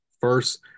first